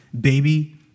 baby